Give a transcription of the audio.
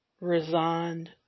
resigned